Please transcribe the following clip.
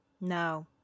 No